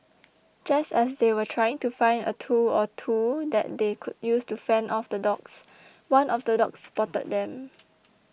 just as they were trying to find a tool or two that they could use to fend off the dogs one of the dogs spotted them